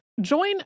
Join